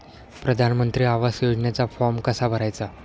प्रधानमंत्री आवास योजनेचा फॉर्म कसा भरायचा?